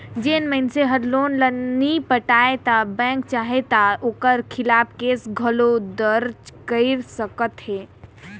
जेन मइनसे हर लोन ल नी पटाय ता बेंक चाहे ता ओकर खिलाफ केस घलो दरज कइर सकत अहे